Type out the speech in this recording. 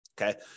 Okay